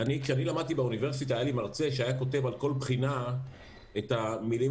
כשאני למדתי באוניברסיטה היה לי מרצה שכתב על כל בחינה את המילים